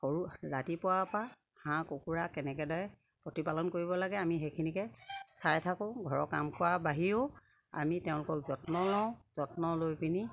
সৰু ৰাতিপুৱাৰ পৰা হাঁহ কুকুৰা কেনেকেদৰে প্ৰতিপালন কৰিব লাগে আমি সেইখিনিকে চাই থাকোঁ ঘৰৰ কাম কৰা বাহিৰেও আমি তেওঁলোকক যত্ন লওঁ যত্ন লৈ পিনি